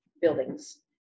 buildings